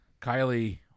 kylie